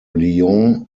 lyon